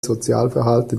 sozialverhalten